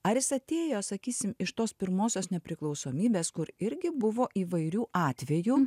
ar jis atėjo sakysim iš tos pirmosios nepriklausomybės kur irgi buvo įvairių atvejų